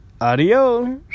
Adios